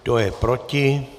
Kdo je proti?